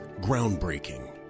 groundbreaking